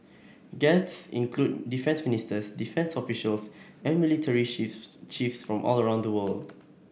guests included defence ministers defence officials and military shifts chiefs from all around the world